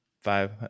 five